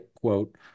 quote